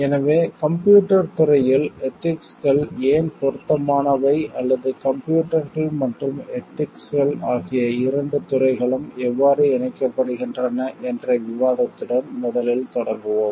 எனவே கம்ப்யூட்டர் துறையில் எதிக்ஸ்கள் ஏன் பொருத்தமானவை அல்லது கம்ப்யூட்டர்கள் மற்றும் எதிக்ஸ்கள் ஆகிய இரண்டு துறைகளும் எவ்வாறு இணைக்கப்படுகின்றன என்ற விவாதத்துடன் முதலில் தொடங்குவோம்